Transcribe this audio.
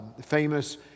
famous